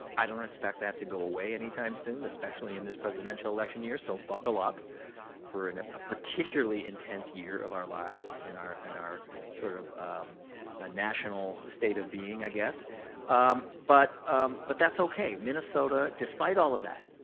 i don't expect that to go away anytime soon especially in this presidential election year. so, buckle up for ah a particularly intense year of our lives and our and our sort of a national state of being i guess um but but that's okay. minnesota, despite all of that,